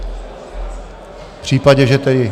V případě, že tedy...